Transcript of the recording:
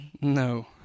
No